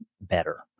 better